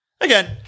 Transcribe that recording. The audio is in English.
Again